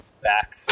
back